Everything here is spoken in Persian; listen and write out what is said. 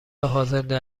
حاضردر